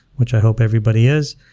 which i hope everybody is,